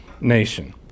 nation